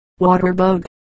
Waterbug